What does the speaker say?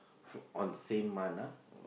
f~ on the same month ah